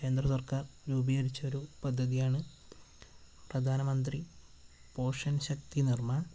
കേന്ദ്ര സർക്കാർ രൂപീകരിച്ചൊരു പദ്ധതിയാണ് പ്രധാനമന്ത്രി പോഷൻ ശക്തി നിർമാൺ